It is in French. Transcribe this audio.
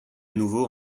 nouveau